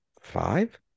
five